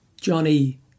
Johnny